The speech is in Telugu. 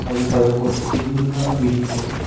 పది పదకొండు టీములుగా విడిపోయి